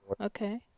Okay